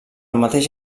mateix